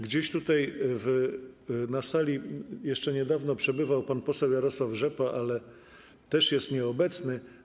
Gdzieś tutaj na sali jeszcze niedawno przebywał pan poseł Jarosław Rzepa, ale też jest nieobecny.